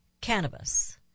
cannabis